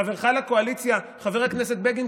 חברך לקואליציה חבר הכנסת בגין,